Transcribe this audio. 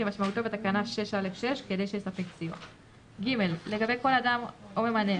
כמשמעותו בתקנה 6(א)(6) כדי שיספק סיוע; (ג) לגבי כל אדם או ממנה,